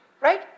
Right